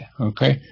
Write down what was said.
okay